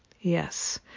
Yes